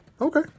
Okay